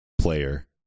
player